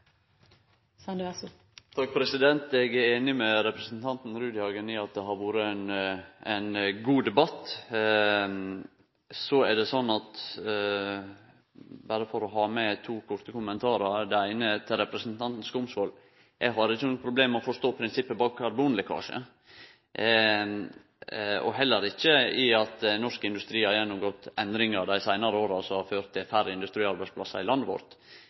einig med representanten Rudihagen i at det har vore ein god debatt. Eg har to korte kommentarar. Den eine er til representanten Skumsvoll: Eg har ikkje noko problem med å forstå prinsippet bak karbonlekkasje, og eg har heller ikkje noko problem med å forstå at norsk industri har gjennomgått endringar dei seinare åra, som har ført til færre industriarbeidsplassar i landet vårt.